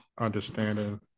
understanding